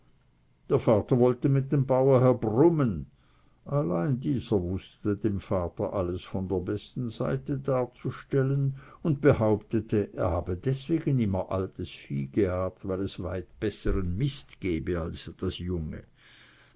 der vater wollte mit dem bauer brummen allein dieser wußte dem vater alles von der besten seite darzustellen und behauptete er habe deswegen immer altes vieh gehabt weil es weit bessern mist gebe als das junge